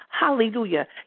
Hallelujah